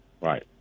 Right